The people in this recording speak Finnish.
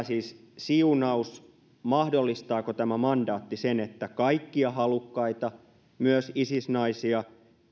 siis siunaus mahdollistaako tämä mandaatti sen että kaikkia halukkaita myös isis naisia